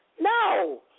No